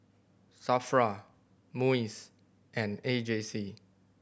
SAFRA MUIS and A J C